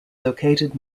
located